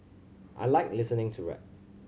I like listening to rap